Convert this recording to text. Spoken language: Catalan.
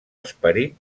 esperit